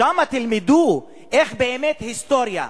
שם תלמדו איך היסטוריה,